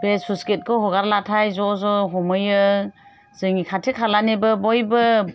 बे स्लुइस गेटखौ हगारब्लाथाय ज' ज' हमहैयो जोंनि खाथि खालानिबो बयबो